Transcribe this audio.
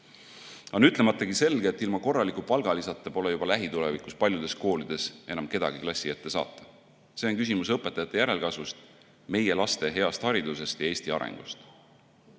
On ütlematagi selge, et ilma korraliku palgalisata pole juba lähitulevikus paljudes koolides enam kedagi klassi ette saata. See on küsimus õpetajate järelkasvust, meie laste heast haridusest ja Eesti arengust. Eile